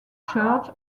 church